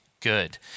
good